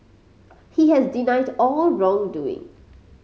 he has denied all wrongdoing